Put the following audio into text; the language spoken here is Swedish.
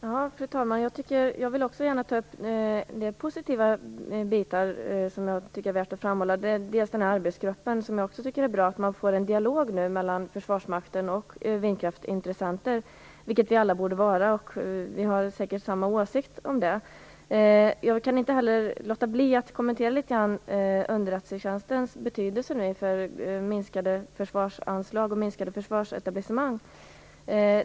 Fru talman! Jag vill också gärna ta upp en del positiva saker som jag tycker att det är värt att framhålla. Det är bra att man nu genom arbetsgruppen får en dialog mellan Försvarsmakten och vindkraftsintressenter, något som vi alla borde vara. Vi har säkert samma åsikt om det. Jag kan inte heller låta bli att kommentera underrättelsetjänstens betydelse inför minskade försvarsanslag och minskade försvarsetablissemang.